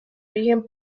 origen